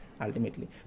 ultimately